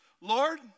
Lord